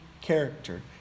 character